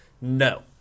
No